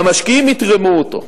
והמשקיעים יתרמו אותו,